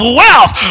wealth